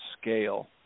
scale